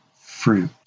fruit